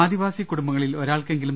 ആദിവാസി കുടുംബങ്ങളിൽ ഒരാൾക്കെങ്കിലും